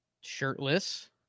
Shirtless